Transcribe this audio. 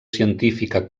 científica